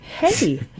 Hey